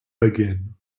begin